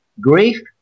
Grief